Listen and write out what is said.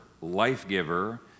Life-Giver